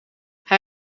hij